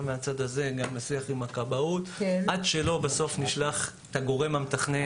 גם מהצד הזה וגם מהשיח עם הכבאות את הגורם המתכנן,